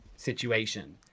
Situation